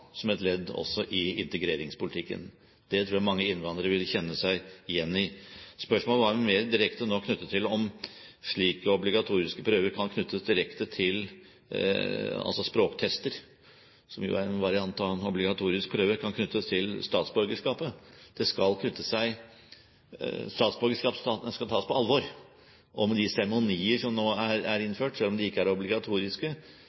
som et ledd også i integreringspolitikken. Det tror jeg mange innvandrere vil kjenne seg igjen i. Spørsmålet nå var vel mer direkte knyttet til om språktester, som jo er en variant av en obligatorisk prøve, kan knyttes til statsborgerskapet. Statsborgerskap skal tas på alvor. Selv om de seremonier som nå er innført, ikke er